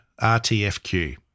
RTFQ